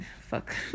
Fuck